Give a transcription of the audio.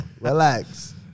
Relax